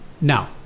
Now